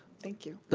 thank you.